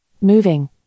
moving